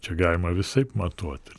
čia galima visaip matuoti